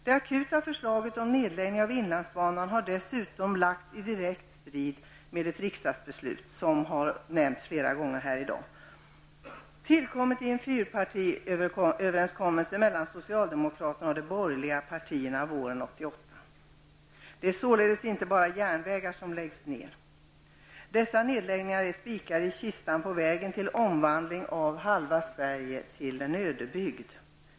Det akuta förslaget om nedläggning av inlandsbanan har dessutom, som nämnts flera gånger här i dag, lagts fram i direkt strid med ett riksdagsbeslut, tillkommet genom en fyrpartiöverenskommelse mellan socialdemokraterna och de borgerliga partierna våren 1988. Det är således inte bara järnvägar som läggs ned. Dessa nedläggningar är steg på vägen mot en omvandling av halva Sverige till en ödebygd.